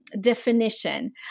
definition